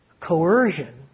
coercion